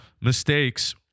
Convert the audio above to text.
mistakes